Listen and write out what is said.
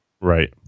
Right